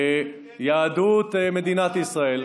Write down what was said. יהדות מדינת ישראל,